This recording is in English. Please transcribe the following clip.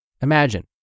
Imagine